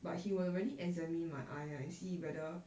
but he will really examine my eye ah see whether